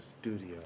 studio